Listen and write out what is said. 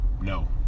No